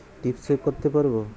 টিপ সই করতে পারবো?